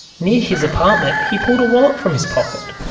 near his apartment he pulled a wallet from his pocket.